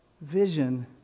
vision